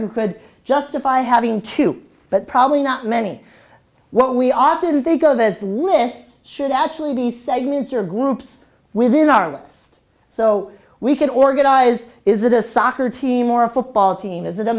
who could justify having two but probably not many what we often think of as lists should actually be segments or groups within our lists so we can organize is it a soccer team or a football team is it a